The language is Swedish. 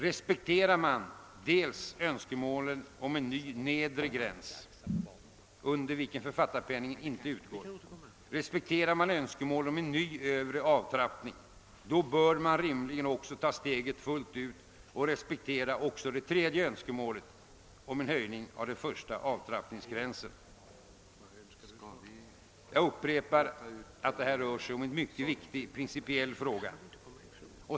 Respekterar man önskemålen om en ny nedre gräns, under vilken författarpenningen inte utgår, och om en ny Övre avtrappningsgräns bör man rimligen också ta steget fulit ut och respektera det tredje önskemålet, om en höjning av den första avtrappningsgränsen. Jag upprepar att det rör sig om en mycket viktig principiell fråga.